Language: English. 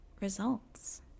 results